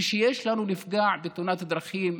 כשיש לנו נפגע בתאונת דרכים,